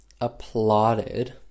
applauded